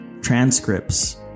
transcripts